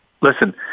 listen